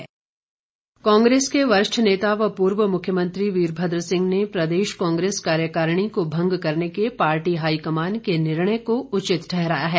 वीरभद्र सिंह कांग्रेस वरिष्ठ नेता व पूर्व मुख्यमंत्री वीरभद्र सिंह ने प्रदेश कांग्रेस कार्यकारिणी को भंग करने के पार्टी हाईकमान के निर्णय को उचित ठहराया है